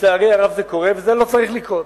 לצערי הרב זה קורה, וזה לא צריך לקרות,